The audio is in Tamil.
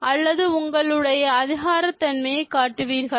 அல்லது உங்களுடைய அதிகார தன்மையை காட்டுவீர்களா